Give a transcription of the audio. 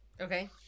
okay